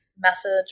Message